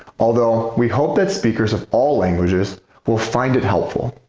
although we hope that speakers of all languages will find it helpful.